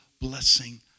blessing